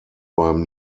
beim